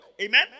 amen